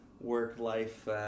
work-life